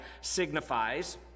signifies